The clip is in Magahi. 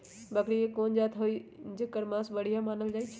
बकरी के कोन जात हई जेकर मास बढ़िया मानल जाई छई?